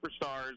superstars